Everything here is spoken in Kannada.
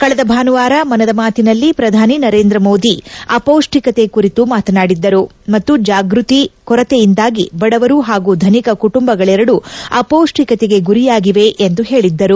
ಕಳೆದ ಭಾನುವಾರ ಮನದ ಮಾತಿನಲ್ಲಿ ಪ್ರಧಾನಿ ನರೇಂದ್ರ ಮೋದಿ ಅಪೌಷ್ಟಿಕತೆ ಕುರಿತು ಮಾತನಾಡಿದ್ದರು ಮತ್ತು ಜಾಗ್ಭತಿ ಕೊರತೆಯಿಂದಾಗಿ ಬಡವರು ಹಾಗೂ ಧನಿಕ ಕುಟುಂಬಗಳೆರಡೂ ಅಪೌಷ್ಷಿಕತೆಗೆ ಗುರಿಯಾಗಿವೆ ಎಂದು ಹೇಳಿದ್ದರು